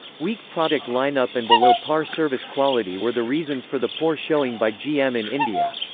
weak product line-up and below par service quality were the reasons for the poor showing by gm in india.